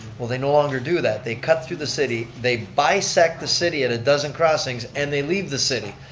well, they no longer do that, they cut through the city, they bisect the city at a dozen crossings and they leave the city.